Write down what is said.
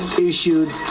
issued